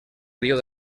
río